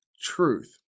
truth